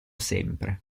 sempre